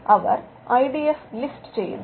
അവർ ആ I D F list ചെയ്യുന്നു